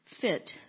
fit